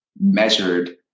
measured